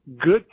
Good